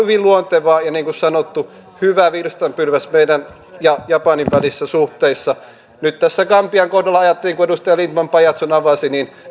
hyvin luontevaa ja niin kuin sanottu hyvä virstanpylväs meidän ja japanin välisissä suhteissa nyt tässä gambian kohdalla ajattelin kun edustaja lindtman pajatson avasi